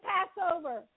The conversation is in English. Passover